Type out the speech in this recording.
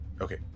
Okay